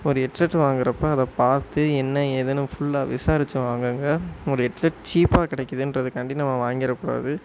ஒரு ஹெட்செட் வாங்குகிறப்ப அதை பார்த்து என்ன ஏதுன்னு ஃபுல்லாக விசாரித்து வாங்குங்கள் ஒரு ஹெட்செட் சீப்பாக கிடைக்கிதுன்றதுக்காண்டி நம்ம வாங்கிறக் கூடாது